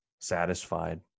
satisfied